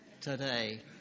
today